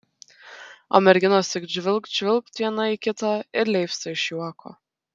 o merginos tik žvilgt žvilgt viena į kitą ir leipsta iš juoko